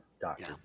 doctor's